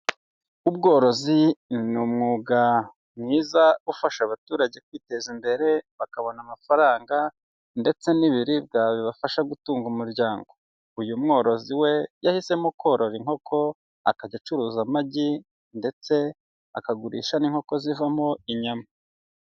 Ubworozi ni umwuga mwiza ufasha abaturage kwiteza imbere bakabona amafaranga ndetse n'ibiribwa bibafasha gutunga umuryango, uyu mworozi we yahisemo korora inkoko akajya acuruza amagi ndetse akagurisha n'inkoko zivamo inyama.